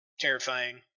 Terrifying